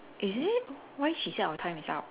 is it why she say our time is up